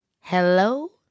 Hello